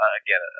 again